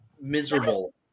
miserable